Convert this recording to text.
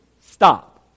stop